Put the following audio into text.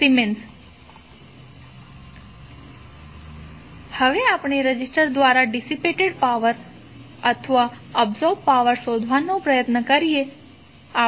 2mS હવે આપણે resistor દ્વારા ડીસીપેટેડ પાવર અથવા એબ્સોર્બ પાવર શોધવાનો પ્રયત્ન કરીએ